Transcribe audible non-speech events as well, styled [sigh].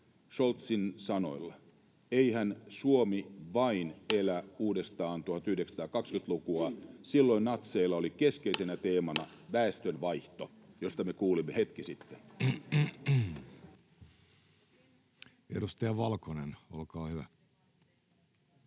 Scholzin sanoilla: eihän Suomi vain elä [noise] uudestaan 1920-lukua? Silloin natseilla oli [noise] keskeisenä teemana väestönvaihto, josta me kuulimme hetki sitten. Edustaja Valkonen, olkaa hyvä.